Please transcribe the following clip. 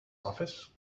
office